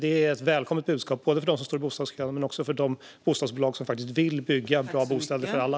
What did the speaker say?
Det är ett välkommet budskap, både för dem som står i bostadskön och för de bostadsbolag som faktiskt vill bygga bra bostäder för alla.